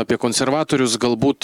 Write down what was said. apie konservatorius galbūt